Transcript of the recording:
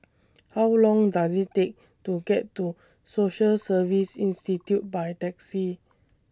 How Long Does IT Take to get to Social Service Institute By Taxi